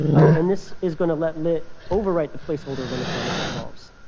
and this is going to let lit overwrite the placeholder when the promise resolves.